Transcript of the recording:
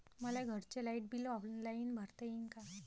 मले घरचं light bill online भरता येईन का?